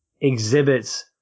exhibits